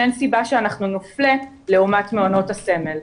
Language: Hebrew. אין סיבה שאנחנו נופלה לעומת מעונות הסמל.